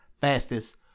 fastest